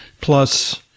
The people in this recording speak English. plus